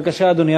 בבקשה, אדוני.